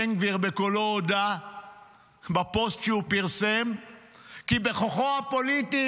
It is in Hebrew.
בן גביר בקולו הודה בפוסט שהוא פרסם כי בכוחו הפוליטי